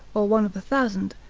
or one of a thousand,